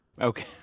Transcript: okay